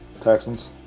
Texans